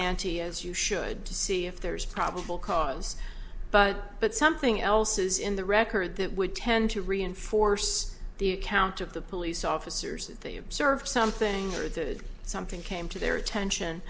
ante as you should to see if there is probable cause but but something else is in the record that would tend to reinforce the accounts of the police officers they observed something or the something came to their attention